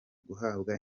guhabwa